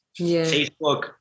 Facebook